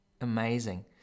amazing